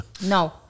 No